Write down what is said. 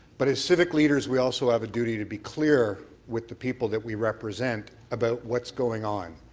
but as civic leaders we also have a duty to be clear with the people that we represent about what's going on.